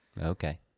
Okay